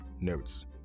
Notes